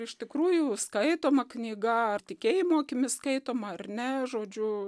iš tikrųjų skaitoma knyga ar tikėjimo akimis skaitoma ar ne žodžiu